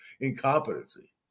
incompetency